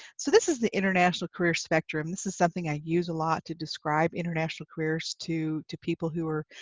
so this is the international career spectrum this is something i use a lot to describe international careers to to people who are